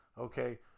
Okay